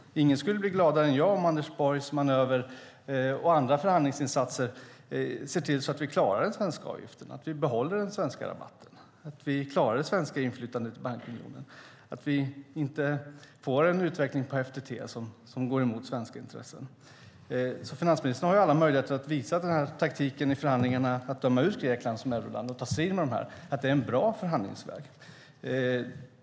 Ingen skulle bli gladare än jag om Anders Borgs manöver och andra förhandlingsinsatser ser till att vi klarar den svenska avgiften, att vi behåller den svenska rabatten, att vi klarar det svenska inflytandet i bankunionen och att vi inte får en utveckling på FTT som går emot svenska intressen. Finansministern har alla möjligheter att visa att den här taktiken i förhandlingarna - att döma ut Grekland som euroland och ta strid med dessa 17 - är en bra förhandlingsväg.